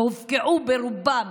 שהופקעו ברובן